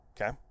okay